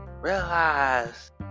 realize